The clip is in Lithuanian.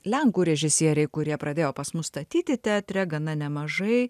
lenkų režisieriai kurie pradėjo pas mus statyti teatre gana nemažai